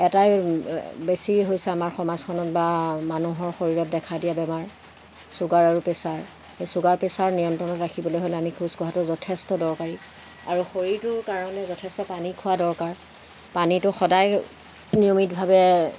এটাই বেছি হৈছে আমাৰ সমাজখনত বা মানুহৰ শৰীৰত দেখা দিয়া বেমাৰ ছুগাৰ আৰু প্ৰেচাৰ ছুগাৰ প্ৰেছাৰ নিয়ন্ত্ৰণত ৰাখিবলৈ হ'লে আমি খোজ খোহাটো যথেষ্ট দৰকাৰী আৰু শৰীৰটোৰ কাৰণে যথেষ্ট পানী খোৱা দৰকাৰ পানীটো সদায় নিয়মিতভাৱে